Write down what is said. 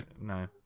No